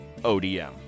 ODM